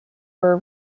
were